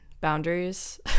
boundaries